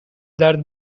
درد